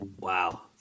Wow